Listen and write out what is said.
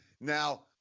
Now